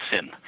sin